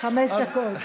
חמש דקות.